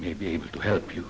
may be able to help you